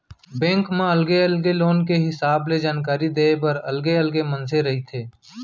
bank म अलगे अलगे लोन के हिसाब ले जानकारी देय बर अलगे अलगे मनसे रहिथे